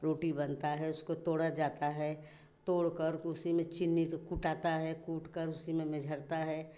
रोटी बनता है उसको तोड़ा जाता है तोड़कर के उसी में चीनी के कुटाता है कूट कर उसी में में झरता है